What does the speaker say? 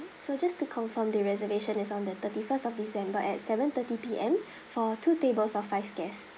so just to confirm the reservation is on the thirty first of december at seven thirty P_M for two tables of five guests